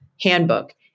handbook